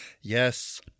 Yes